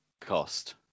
cost